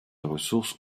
ressources